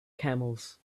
camels